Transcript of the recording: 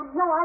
no